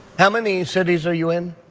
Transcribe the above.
how many cities are you in?